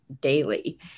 daily